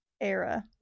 era